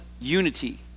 unity